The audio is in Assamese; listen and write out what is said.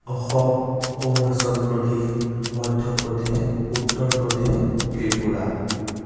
অসম অৰুণাচল প্ৰদেশ মধ্য প্ৰদেশ উত্তৰ প্ৰদেশ ত্ৰিপুৰা